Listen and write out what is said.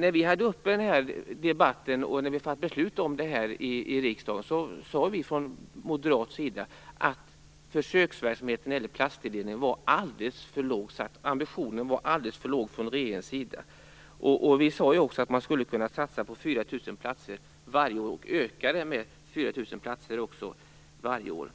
När vi debatterade frågan och fattade beslut om den här i riksdagen sade vi från moderat sida att platstilldelningen till försöksverksamheten var alldeles för liten och att regeringens ambition var alldeles för låg. Vi sade också att man skulle kunna satsa på 4 000 platser varje år och öka antalet platser med